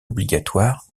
obligatoire